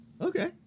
Okay